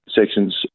sections